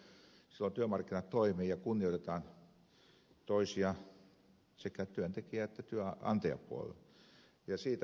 sehän tarkoittaisi silloin että työmarkkinat toimivat ja kunnioitetaan toisia sekä työntekijä että työnantajapuolella